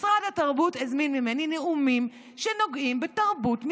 משרד התרבות הזמין ממני נאומים שנוגעים בתרבות מזרחית,